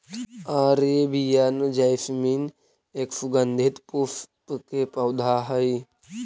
Arabian jasmine एक सुगंधित पुष्प के पौधा हई